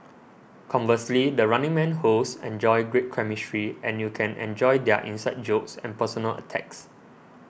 conversely the Running Man hosts enjoy great chemistry and you can enjoy their inside jokes and personal attacks